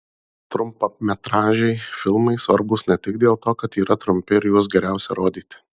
trumpametražiai filmai svarbūs ne tik dėl to kad yra trumpi ir juos geriausia rodyti